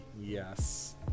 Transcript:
Yes